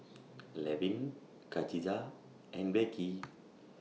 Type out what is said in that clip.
Levin Khadijah and Becky